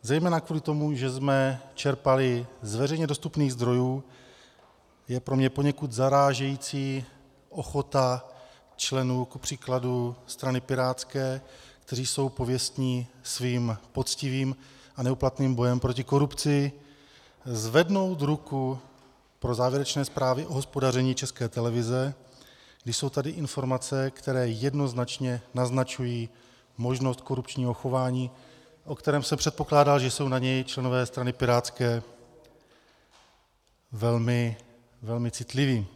Zejména kvůli tomu, že jsme čerpali z veřejně dostupných zdrojů, je pro mě poněkud zarážející ochota členů kupříkladu strany pirátské, kteří jsou pověstní svým poctivým a neúplatným bojem proti korupci, zvednout ruku pro závěrečné zprávy o hospodaření České televize, když jsou tady informace, které jednoznačně naznačují možnost korupčního chování, o kterém jsem předpokládal, že jsou na něj členové strany pirátské velmi, velmi citliví.